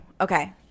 okay